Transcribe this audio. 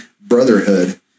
brotherhood